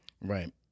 Right